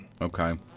Okay